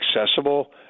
accessible